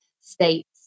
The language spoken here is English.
states